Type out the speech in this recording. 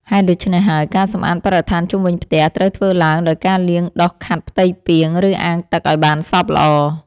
ហេតុដូច្នេះហើយ ការសម្អាតបរិស្ថានជុំវិញផ្ទះត្រូវធ្វើឡើងដោយការលាងដុសខាត់ផ្ទៃពាង ឬអាងទឹកឱ្យបានសព្វល្អ។